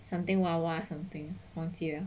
something 娃娃 something on 王杰